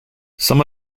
some